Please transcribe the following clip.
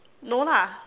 no lah